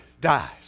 dies